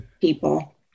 people